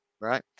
Right